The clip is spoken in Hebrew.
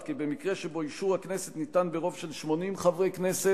כי במקרה שבו אישור הכנסת ניתן ברוב של 80 חברי כנסת